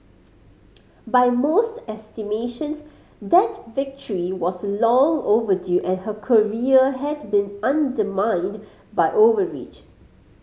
by most estimations that victory was long overdue and her career had been undermined by overreach